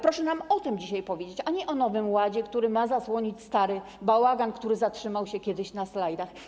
Proszę nam o tym dzisiaj powiedzieć, a nie o Nowym Ładzie, który ma zasłonić stary bałagan, który zatrzymał się kiedyś na slajdach.